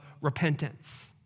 repentance